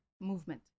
movement